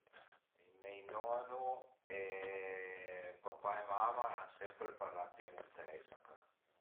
I mei nonu e papà e mama al an sempre parlà piemuntesi a ca